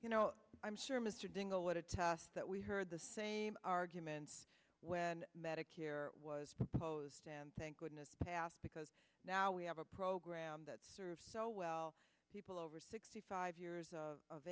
you know i'm sure mr dingell would attest that we heard the same arguments when medicare was proposed thank goodness passed because now we have a program that serves so well people over sixty five years